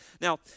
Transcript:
Now